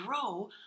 grow